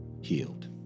healed